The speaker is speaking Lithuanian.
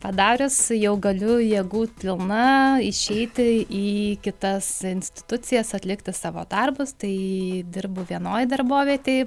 padarius jau galiu jėgų pilna išeiti į kitas institucijas atlikti savo darbus tai dirbu vienoj darbovietėj